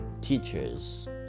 teachers